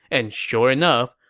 and sure enough,